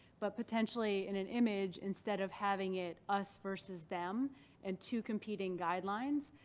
but potentially in an image instead of having it us versus them and two competing guidelines,